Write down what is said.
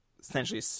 essentially